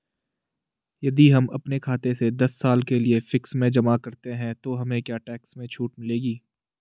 यदि हम अपने खाते से दस साल के लिए फिक्स में जमा करते हैं तो हमें क्या टैक्स में छूट मिलेगी?